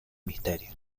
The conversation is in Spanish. misterio